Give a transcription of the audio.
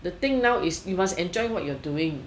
the thing now is you must enjoy what you are doing